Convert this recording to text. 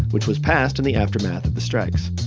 which was passed in the aftermath of the strikes.